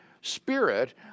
spirit